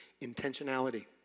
intentionality